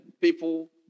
people